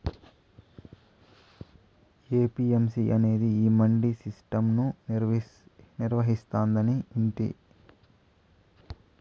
APMC అనేది ఈ mandi system ను నిర్వహిస్తాందని వింటి